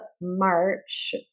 March